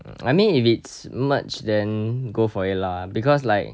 I mean if it's merch then go for it lah because like